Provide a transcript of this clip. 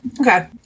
Okay